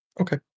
Okay